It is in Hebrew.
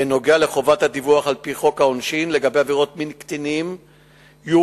בנוגע לחובת הדיווח על-פי חוק העונשין לגבי עבירות מין קטינים יורחבו